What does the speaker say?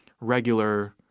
regular